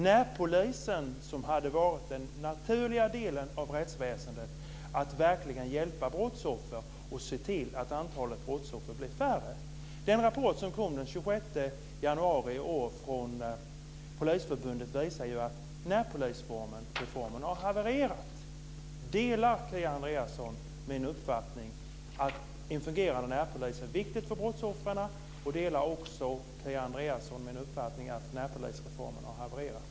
Närpolisen hade varit den del av rättsväsendet som naturligast hade kunnat hjälpa brottsoffer och se till att antalet brottsoffer blev färre. Den rapport som kom den 26 januari i år från Polisförbundet visar att närpolisreformen har havererat. Delar Kia Andreasson min uppfattning att en fungerande närpolis är viktigt för brottsoffren? Delar Kia Andreasson också min uppfattning att närpolisreformen har havererat?